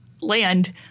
land